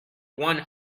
one